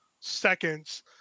seconds